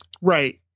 Right